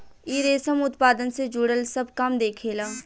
इ रेशम उत्पादन से जुड़ल सब काम देखेला